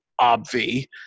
obvi